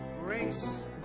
Grace